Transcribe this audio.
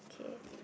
okay